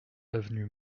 avenue